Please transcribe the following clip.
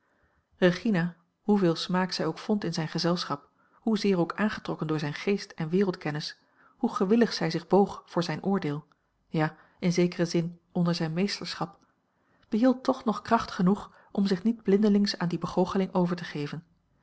regina hoeveel smaak zij ook vond in zijn gezelschap hoezeer ook aangetrokken door zijn geest en wereldkennis hoe gewillig zij zich boog voor zijn oordeel ja in zekeren zin onder zijn meesterschap behield tocb nog kracht genoeg om zich niet blindelings aan die begoocheling over te geven